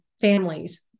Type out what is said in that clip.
families